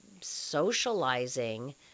socializing